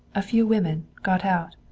a few women, got out.